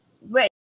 wait